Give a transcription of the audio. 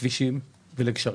לכבישים ולגשרים.